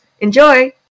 Enjoy